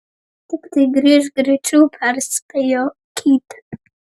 tiktai grįžk greičiau perspėjo keitė